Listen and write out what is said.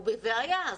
הוא בבעיה.